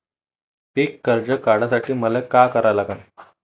पिक कर्ज काढासाठी मले का करा लागन?